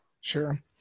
Sure